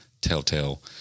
telltale